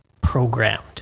programmed